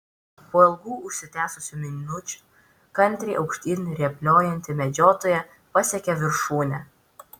po ilgų užsitęsusių minučių kantriai aukštyn rėpliojanti medžiotoja pasiekė viršūnę